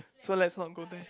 so let's not go there